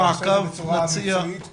אתה עושה את זה בצורה מקצועית ואמיתית,